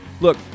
Look